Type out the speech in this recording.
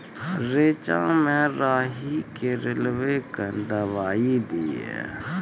रेचा मे राही के रेलवे कन दवाई दीय?